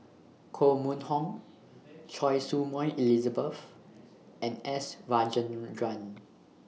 Koh Mun Hong Choy Su Moi Elizabeth and S Rajendran